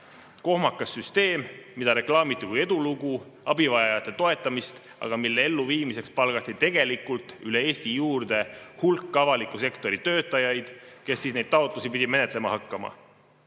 Kohmakas süsteem, mida reklaamiti kui edulugu, abivajajate toetamist, aga mille elluviimiseks palgati üle Eesti juurde hulk avaliku sektori töötajaid, kes neid taotlusi pidid menetlema hakkama.